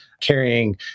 carrying